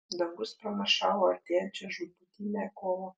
dangus pranašavo artėjančią žūtbūtinę kovą